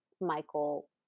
Michael